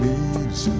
Leaves